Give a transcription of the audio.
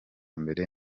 mbere